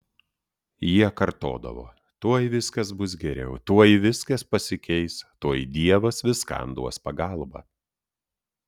jie kartodavo tuoj viskas bus geriau tuoj viskas pasikeis tuoj dievas viskam duos pagalbą